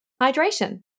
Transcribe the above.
hydration